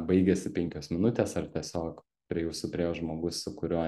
baigėsi penkios minutės ar tiesiog prie jūsų priėjo žmogus su kuriuo